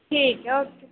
ਠੀਕ ਏ ਓਕੇ